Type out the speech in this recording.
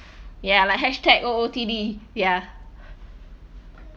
ya like hashtag O_O_T_D ya